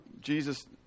Jesus